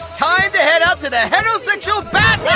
time to head up to the heterosexual bath